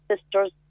sisters